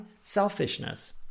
selfishness